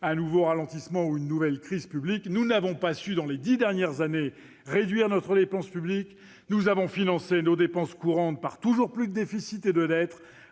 un nouveau ralentissement ou une nouvelle crise. Nous n'avons pas su, dans les dix dernières années, réduire notre dépense publique. Nous avons financé nos dépenses courantes par toujours plus de déficit et de dette,